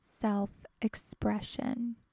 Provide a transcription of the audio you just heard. self-expression